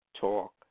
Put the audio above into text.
Talk